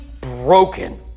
broken